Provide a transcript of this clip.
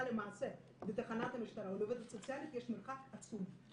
למעשה לתחנת המשטרה או לעובדת סוציאלית יש מרחק עצום.